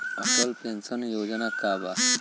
Atal pension योजना का बा?